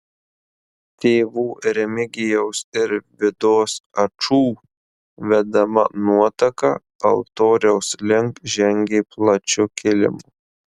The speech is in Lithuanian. tėvų remigijaus ir vidos ačų vedama nuotaka altoriaus link žengė plačiu kilimu